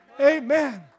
Amen